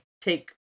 take